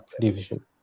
division